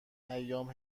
ایام